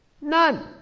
None